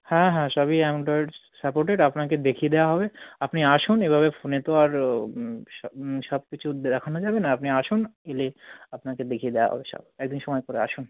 হ্যাঁ হ্যাঁ সবই অ্যান্ড্রয়েড সাপোর্টেড আপনাকে দেখিয়ে দেওয়া হবে আপনি আসুন এভাবে ফোনে তো আর সব কিছু দেখানো যাবে না আপনি আসুন এলে আপনাকে দেখিয়ে দেওয়া হবে সব এক দিন সময় করে আসুন